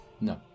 No